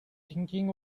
thinking